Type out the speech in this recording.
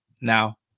Now